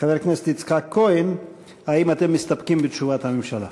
חבר הכנסת יצחק כהן: האם אתם מסתפקים בתשובת הממשלה?